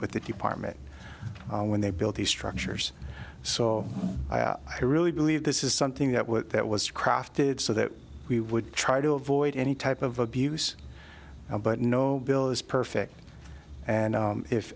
with the department when they build these structures so i really believe this is something that what that was crafted so that we would try to avoid any type of abuse but no bill is perfect and